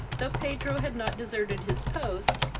thought pedro had not deserted his post,